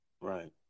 Right